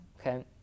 okay